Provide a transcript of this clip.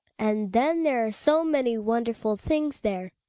and then there are so many wonderful things there.